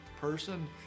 person